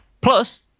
Plus